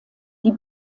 die